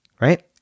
right